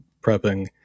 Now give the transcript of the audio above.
prepping